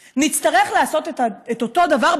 האוצר וטענתי שהם צריכים לעשות תהליך מסובך,